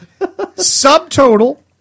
subtotal